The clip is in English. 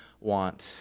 want